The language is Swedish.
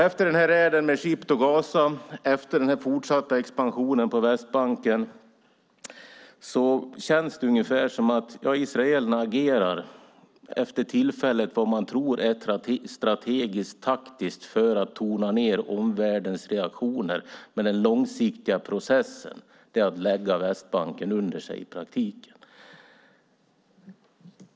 Efter räden med Ship to Gaza och efter den fortsatta expansionen på Västbanken känns det ungefär som att israelerna agerar efter vad man vid tillfället tror är strategiskt taktiskt för att tona ned omvärldens reaktioner, men den långsiktiga processen är att lägga Västbanken under sig i praktiken.